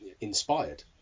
inspired